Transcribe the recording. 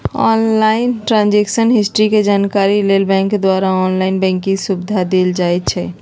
online transaction history के जानकारी लेल बैंक द्वारा ऑनलाइन बैंकिंग सुविधा देल जाइ छइ